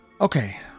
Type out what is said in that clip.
Okay